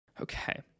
Okay